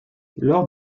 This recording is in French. lors